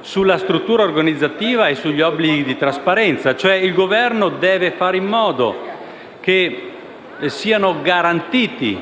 sulla struttura organizzativa e sugli obblighi di trasparenza. Il Governo deve fare in modo che siano garantiti